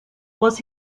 was